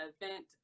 event